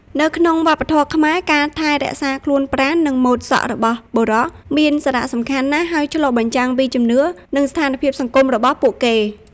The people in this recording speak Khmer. នៅក្នុងវប្បធម៌ខ្មែរ ការថែរក្សាខ្លួនប្រាណ និងម៉ូតសក់របស់បុរសមានសារៈសំខាន់ណាស់ ហើយឆ្លុះបញ្ចាំងពីជំនឿ និងស្ថានភាពសង្គមរបស់ពួកគេ។